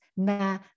na